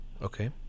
okay